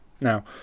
Now